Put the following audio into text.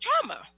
trauma